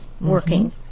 working